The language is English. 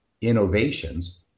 innovations